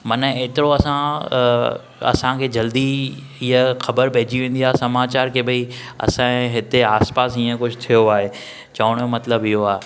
माना एतिरो असां असांखे जल्दी हीउ ख़बर पेइजी वेंदी आहे समाचार कि भई असांजे हिते आसि पासि हीअं कुझु थियो आहे चवणु जो मतिलबु इहो आहे